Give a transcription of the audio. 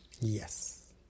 Yes